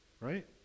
Right